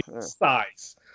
size